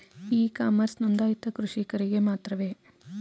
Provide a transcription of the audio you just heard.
E commerce ನೊಂದಾಯಿತ ಕೃಷಿಕರಿಗೆ ಮಾತ್ರವೇ?